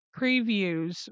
previews